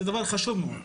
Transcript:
זה דבר חשוב מאוד.